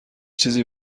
چیزی